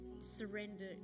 surrender